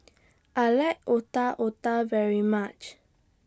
I like Otak Otak very much